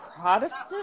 Protestant